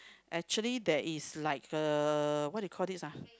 actually there is like uh what you call this ah